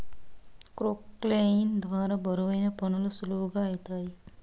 క్రొక్లేయిన్ ద్వారా బరువైన పనులు సులువుగా ఐతాయి